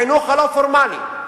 החינוך הלא-פורמלי,